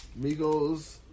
Migos